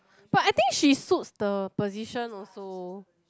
but I think she suits the position also